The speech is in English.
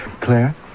Claire